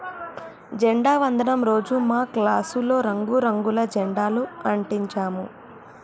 జెండా వందనం రోజు మా క్లాసులో రంగు రంగుల జెండాలు అంటించాము